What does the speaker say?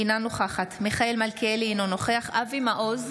אינה נוכחת מיכאל מלכיאלי, אינו נוכח אבי מעוז,